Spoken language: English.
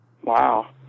Wow